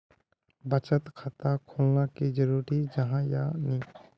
बचत खाता खोलना की जरूरी जाहा या नी?